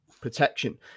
protection